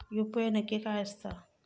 UPI नक्की काय आसता?